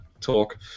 talk